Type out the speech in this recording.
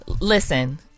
Listen